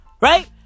Right